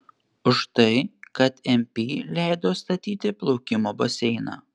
už tai kad mp leido statyti plaukimo baseiną